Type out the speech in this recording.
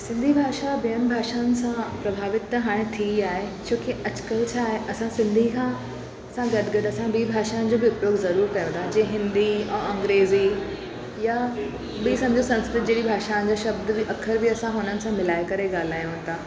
सिंधी भाषा ॿेअनि भाषाउनि सां प्रभावित त हाणे थी आहे छोकी अॼुकल्ह छा आहे असां सिंधी खां सां गॾु गॾु असां ॿी भाषाउनि जो बि उपयोग ज़रूरु कयूं था जीअं हिंदी ऐं अंग्रेजी या ॿी सम्झो संस्कृत जहिड़ी भाषाउनि जो शब्द बि अख़र बि असां हुननि सां मिलाए करे ॻाल्हायूं था